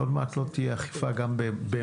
עוד מעט לא תהיה אכיפה גם במיסים,